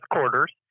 quarters